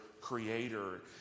Creator